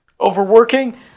overworking